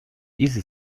diese